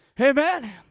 Amen